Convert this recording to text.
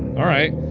alright.